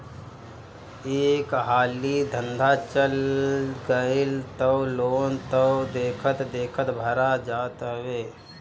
एक हाली धंधा चल गईल तअ लोन तअ देखते देखत भरा जात हवे